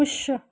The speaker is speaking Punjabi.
ਖੁਸ਼